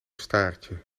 staartje